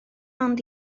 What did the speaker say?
ond